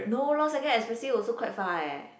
no lor second expensive also quite far eh